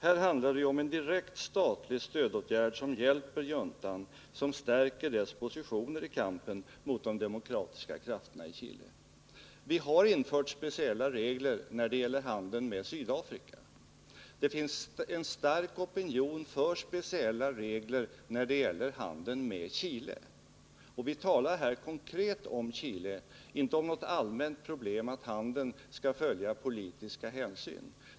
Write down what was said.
Här handlar det ju om en direkt, statlig stödåtgärd som hjälper juntan och som stärker dess position i kampen mot de demokratiska krafterna i Chile. Vi har infört speciella regler när det gäller handeln med Sydafrika. Det finns en stark opinion för speciella regler också när det gäller handeln med Chile. Vi talar här konkret om Chile, och inte om något allmänt problem som att handeln skall följa politiska hänsyn.